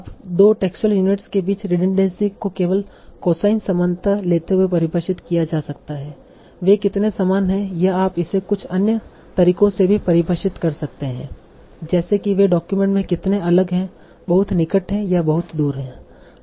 अब 2 textual units के बीच रिडनड़ेंसी को केवल कोसाइन समानता लेते हुए परिभाषित किया जा सकता है वे कितने समान हैं या आप इसे कुछ अन्य तरीकों से भी परिभाषित कर सकते हैं जैसे कि वे डॉक्यूमेंट में कितने अलग हैं बहुत निकट हैं या बहुत दूर है